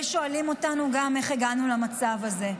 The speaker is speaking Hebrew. שואלים אותנו גם איך הגענו למצב הזה.